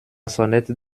sonnette